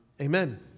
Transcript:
Amen